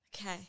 okay